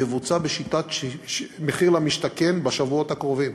יבוצע בשיטת מחיר למשתכן בשבועות הקרובים.